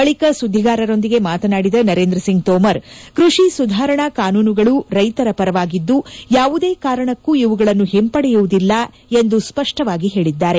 ಬಳಕ ಸುದ್ದಿಗಾರರೊಂದಿಗೆ ಮಾತನಾಡಿದ ನರೇಂದ್ರ ಸಿಂಗ್ ತೋಮರ್ ಕೃಷಿ ಸುಧಾರಣಾ ಕಾನೂನುಗಳು ರೈತರ ಪರವಾಗಿದ್ದು ಯಾವುದೇ ಕಾರಣಕ್ಕೂ ಇವುಗಳನ್ನು ಹಿಂಪಡೆಯುವುದಿಲ್ಲ ಎಂದು ಸ್ವಷ್ಟವಾಗಿ ಹೇಳಿದ್ದಾರೆ